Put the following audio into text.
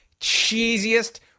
cheesiest